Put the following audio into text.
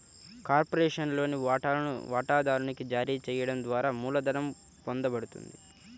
కార్పొరేషన్లోని వాటాలను వాటాదారునికి జారీ చేయడం ద్వారా మూలధనం పొందబడుతుంది